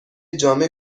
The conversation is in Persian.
جامع